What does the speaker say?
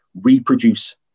reproduce